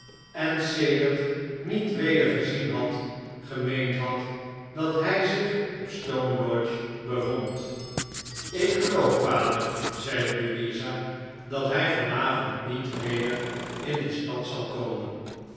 en sedert niet weder gezien had gemeend had dat hij zich op stone lodge bevond ik geloof vader zeide louisa dathij van avond niet weder in de stad zal komen